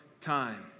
time